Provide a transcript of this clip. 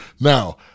Now